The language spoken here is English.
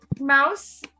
Mouse